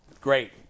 Great